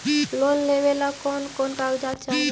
Loan लेने ला कोन कोन कागजात चाही?